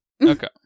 Okay